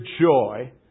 joy